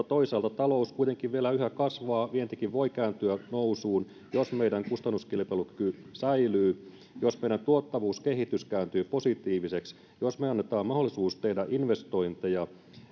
toisaalta talous kuitenkin vielä yhä kasvaa ja vientikin voi kääntyä nousuun jos meidän kustannuskilpailukykymme säilyy jos meidän tuottavuuskehityksemme kääntyy positiiviseksi jos me annamme mahdollisuuden tehdä investointeja